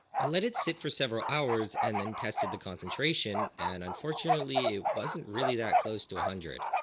i let it sit for several hours and then tested the concentration and unfortunately wasn't really that close to a hundred.